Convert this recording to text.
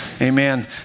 Amen